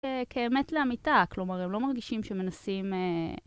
כאמת לאמיתה, כלומר, הם לא מרגישים שמנסים...